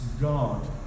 god